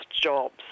jobs